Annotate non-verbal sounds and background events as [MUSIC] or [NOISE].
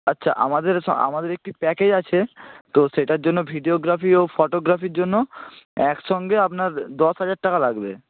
আচ্ছা আমাদের [UNINTELLIGIBLE] আমাদের একটি প্যাকেজ আছে তো সেটার জন্য ভিডিওগ্রাফি ও ফটোগ্রাফির জন্য একসঙ্গে আপনার দশ হাজার টাকা লাগবে